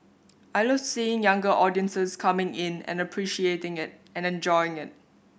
I love seeing younger audiences coming in and appreciating it and and enjoying it